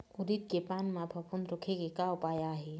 उरीद के पान म फफूंद रोके के का उपाय आहे?